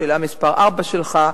שאלה מס' 4 שלך,